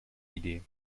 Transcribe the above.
idee